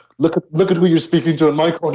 look ah look at who you're speaking to. like ah